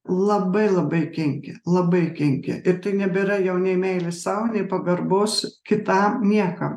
labai labai kenkia labai kenkia ir tai nebėra jau nei meilės sau nei pagarbos kitam niekam